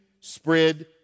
spread